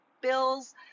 bills